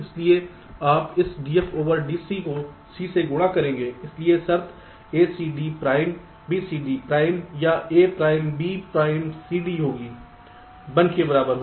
इसलिए आप इस dF dC को C से गुणा करेंगे इसलिए शर्त ACD प्राइम BCD प्राइम या A prime B prime CD होगी 1 के बराबर